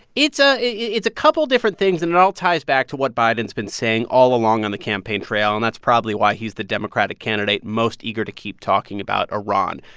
it's ah it's a couple different things, and it all ties back to what biden's been saying all along on the campaign trail. and that's probably why he's the democratic candidate most eager to keep talking about iran.